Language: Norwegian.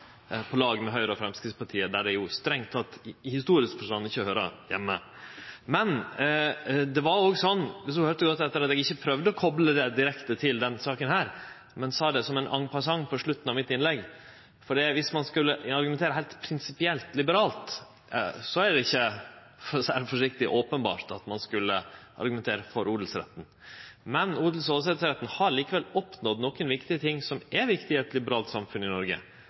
på lag med Høgre og Framstegspartiet, der dei strengt teke i historisk forstand ikkje høyrer heime. Men viss ho høyrde godt etter, prøvde eg ikkje å kople det direkte til denne saka, men sa det som ein en passant på slutten av mitt innlegg. For om ein skulle argumentere heilt prinsipielt liberalt, er det ‒ for å seie det forsiktig ‒ ikkje openbert at ein skulle argumentere for odelsretten. Men odels- og åsetesretten har likevel oppnådd nokre viktige ting som er viktig i eit liberalt samfunn i Noreg,